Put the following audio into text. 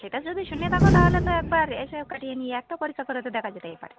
সেটা যদি শুনে থাকো তাহলে তো একবার এসে কাটিয়ে নিয়ে একটা পরো তারপরে তো দেখা যাবে এবারে